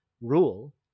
rule